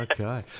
Okay